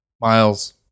Miles